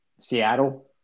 Seattle